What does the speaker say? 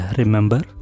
remember